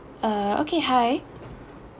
uh okay hi